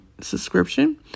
subscription